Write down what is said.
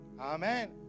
Amen